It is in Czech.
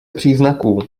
příznaků